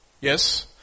Yes